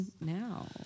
now